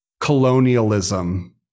colonialism